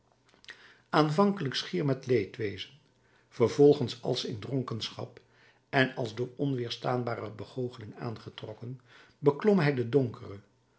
aanvankelijk schier met leedwezen vervolgens als in dronkenschap en als door onweerstaanbare begoocheling aangetrokken beklom hij de donkere